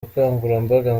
bukangurambaga